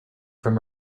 from